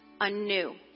anew